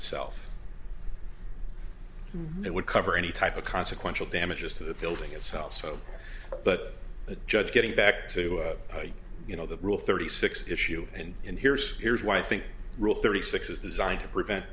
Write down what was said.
itself it would cover any type of consequential damages to the building itself so but the judge getting back to you know the rule thirty six issue and in here's here's why i think rule thirty six is designed to prevent